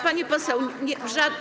Pani poseł, nie.